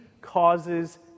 causes